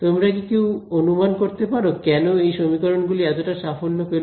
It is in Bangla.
তোমরা কি কেউ অনুমান করতে পারো কেন এই সমীকরণ গুলি এতটা সাফল্য পেল